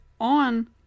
on